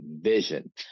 vision